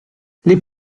les